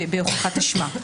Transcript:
בהוכחת אשמה,